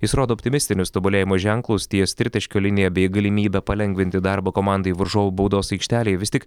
jis rodo optimistinius tobulėjimo ženklus ties tritaškio linija bei galimybe palengvinti darbą komandai varžovų baudos aikštelėj vis tik